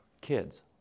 Kids